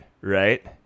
right